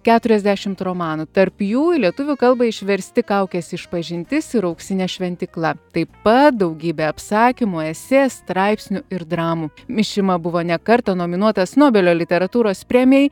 keturiasdešimt romanų tarp jų į lietuvių kalbą išversti kaukės išpažintis ir auksinė šventykla taip pat daugybė apsakymų esė straipsnių ir dramų mišima buvo ne kartą nominuotas nobelio literatūros premijai